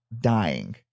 dying